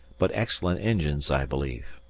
but excellent engines, i believe.